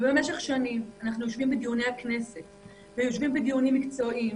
במשך שנים אנחנו יושבים בדיוני הכנסת ויושבים בדיונים מקצועיים.